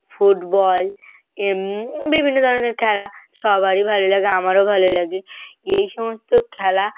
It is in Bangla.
ফুটবল বিভিন্ন ধরনের খেলা সবারই ভালো লাগে আমারও ভালো লাগে এই সমস্ত খেলা